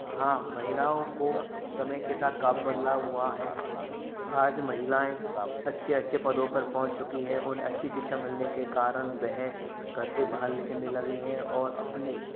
हाँ महिलाओं को समय के साथ काफ़ी बदलाव हुआ है आज महिलाएँ अच्छे अच्छे पदों पर पहुँच चुकी हैं उन्हें अच्छी शिक्षा मिलने के कारण वह घर से बाहर निकलने लगी है और अपने